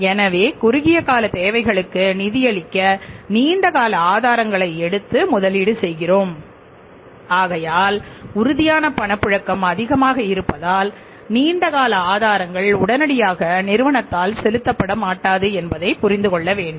எனவே குறுகிய கால தேவைகளுக்கு நிதியளிக்க நீண்ட கால ஆதாரங்களை எடுத்து முதலீடு செய்கிறோம் எனவே உறுதியான பணப்புழக்கம் அதிகமாக இருப்பதால் நீண்ட கால ஆதாரங்கள் உடனடியாக நிறுவனத்தால் செலுத்தப்பட மாட்டாது என்பதை புரிந்து கொள்ள வேண்டு